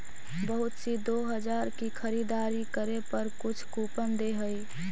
बहुत सी दो हजार की खरीदारी करे पर कुछ कूपन दे हई